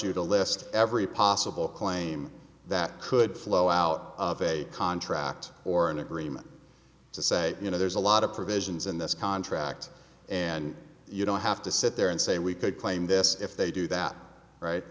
you to list every possible claim that could flow out of a contract or an agreement to say you know there's a lot of provisions in this contract and you don't have to sit there and say we could claim this if they do that right